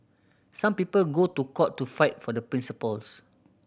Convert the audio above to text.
some people go to court to fight for their principles